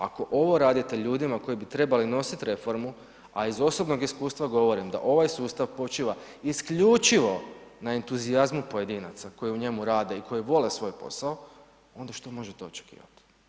Ako ovo radite ljudima koji bi trebali nositi reformu, a iz osobnog iskustva govorim da ovaj sustav počiva isključivo na entuzijazmu pojedinaca koji u njemu rade i koji vole svoj posao, onda što možete očekivati.